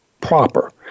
proper